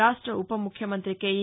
రాష్ట ఉప ముఖ్యమంత్రి కెఇ